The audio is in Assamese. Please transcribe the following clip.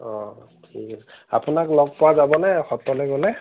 অঁ ঠিক আছে আপোনাক লগ পোৱা যাবনে সত্ৰলৈ গ'লে